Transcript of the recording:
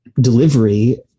delivery